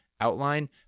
outline